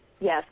Yes